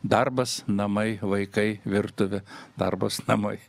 darbas namai vaikai virtuvė darbas namai